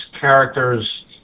characters